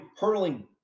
hurling